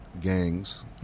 gangs